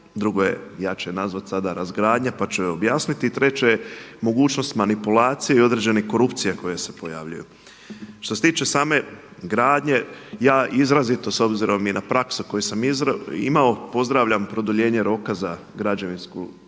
gradnja, ja ću je nazvati sada razgradnja pa ću je objasniti i treće je mogućnost manipulacije i određenih korupcija koje se pojavljuju. Što se tiče same gradnje, ja izrazito s obzirom i na praksu koju sam imao pozdravljam produljenje roka za građevinsku